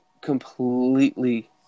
completely